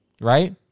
right